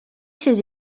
ses